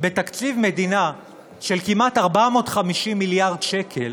בתקציב מדינה של כמעט 450 מיליארד שקל